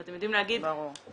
הם יודעים להגיד: התעוררתי,